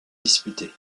disputé